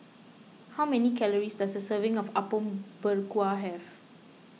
how many calories does a serving of Apom Berkuah have